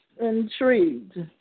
intrigued